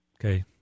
Okay